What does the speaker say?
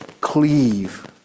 Cleave